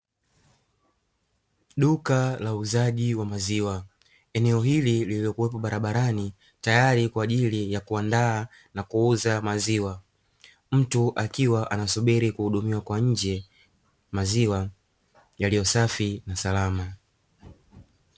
Duka la uuzaji wa maziwa, eneo hili lililokuwepo barabarani, tayari kwa ajili ya kuandaa na kuuza maziwa, mtu akiwa anasubiri kuhudumiwa kwa nje maziwa yaliyo safi salama.